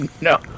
No